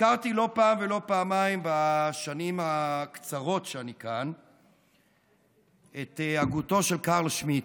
הזכרתי לא פעם ולא פעמיים בשנים הקצרות שאני כאן את הגותו של קרל שמיט.